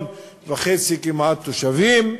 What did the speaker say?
כמעט 1.5 מיליון תושבים,